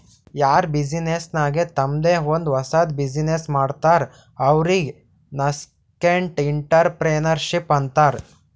ಯಾರ್ ಬಿಸಿನ್ನೆಸ್ ನಾಗ್ ತಂಮ್ದೆ ಒಂದ್ ಹೊಸದ್ ಬಿಸಿನ್ನೆಸ್ ಮಾಡ್ತಾರ್ ಅವ್ರಿಗೆ ನಸ್ಕೆಂಟ್ಇಂಟರಪ್ರೆನರ್ಶಿಪ್ ಅಂತಾರ್